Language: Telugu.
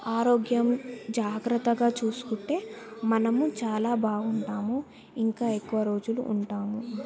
ఆరోగ్యం జాగ్రత్తగా చూసుకుంటే మనము చాలా బాగుంటాము ఇంకా ఎక్కువ రోజులు ఉంటాము